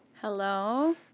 Hello